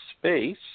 space